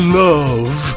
love